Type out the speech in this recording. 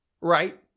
right